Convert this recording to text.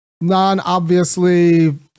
non-obviously